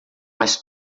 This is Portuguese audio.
mas